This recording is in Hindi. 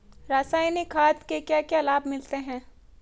रसायनिक खाद के क्या क्या लाभ मिलते हैं?